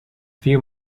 few